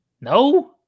No